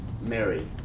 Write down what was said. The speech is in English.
Mary